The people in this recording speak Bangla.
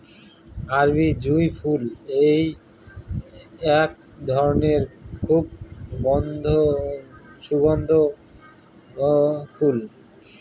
আরবি জুঁই ফুল এক ধরনের খুব সুগন্ধিও ফুল